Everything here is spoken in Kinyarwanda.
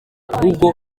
ahubwo